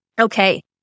Okay